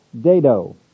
dado